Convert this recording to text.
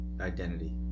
identity